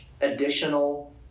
Additional